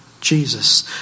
Jesus